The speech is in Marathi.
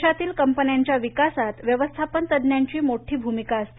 देशातील कंपन्यांच्या विकासात व्यवस्थापन तज्ञांची मोठी भूमिका असते